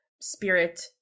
spirit